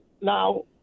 Now